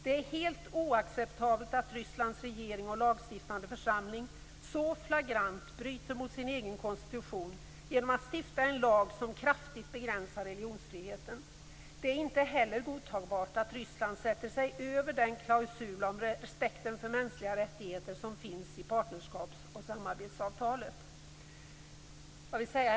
Det är helt oacceptabelt att Rysslands regering och lagstiftande församling så flagrant bryter mot sin egen konstitution att de stiftar en lag som kraftigt begränsar religionsfriheten. Det är inte heller godtagbart att Ryssland sätter sig över den klausul om respekten för mänskliga rättigheter som finns i partnerskaps och samarbetsavtalet.